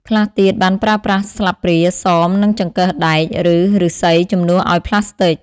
ខ្លះទៀតបានប្រើប្រាស់ស្លាបព្រា សម និង ចង្កឹះដែក ឬ ឫស្សីជំនួសឱ្យប្លាស្ទិក។